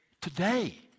today